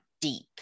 deep